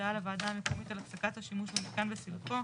הודעה לוועדה המקומית על הפסקת השימוש במיתקן וסילוקו,